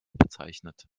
bezeichnet